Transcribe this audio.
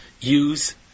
use